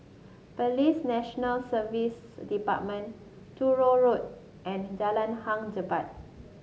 Police National Service Department Truro Road and Jalan Hang Jebat